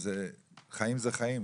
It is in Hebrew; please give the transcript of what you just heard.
חיים זה חיים,